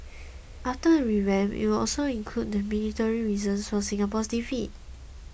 after the revamp it will also include the military reasons for Singapore's defeat